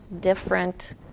different